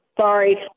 Sorry